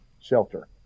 shelter